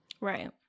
Right